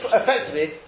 effectively